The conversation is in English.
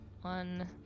One